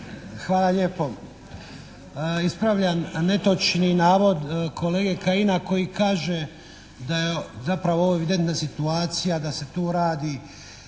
Hvala lijepo. Ispravljam netočni navod kolege Kajina koji kaže da je zapravo ovo evidentna situacija, da se tu radi